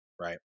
right